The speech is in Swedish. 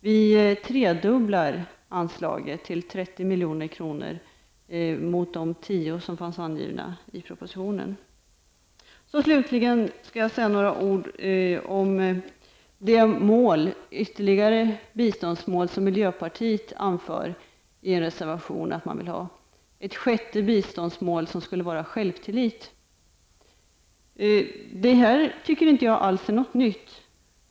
Vi tredubblar anslaget till 30 milj.kr., från de 10 Slutligen skall jag säga några ord om det ytterligare biståndsmål som miljöpartiet i en reservation anger att man vill ha, ett sjätte biståndsmål som skulle vara självtillit. Jag tycker inte alls att detta är något nytt.